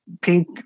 pink